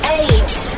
eight